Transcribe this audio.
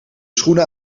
schoenen